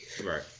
Right